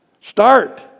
Start